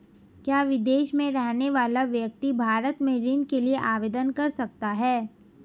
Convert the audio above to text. क्या विदेश में रहने वाला व्यक्ति भारत में ऋण के लिए आवेदन कर सकता है?